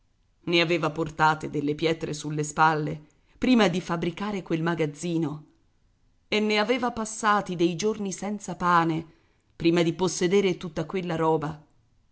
ne aveva portate delle pietre sulle spalle prima di fabbricare quel magazzino e ne aveva passati dei giorni senza pane prima di possedere tutta quella roba